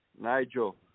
Nigel